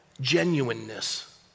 genuineness